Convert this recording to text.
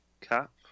cap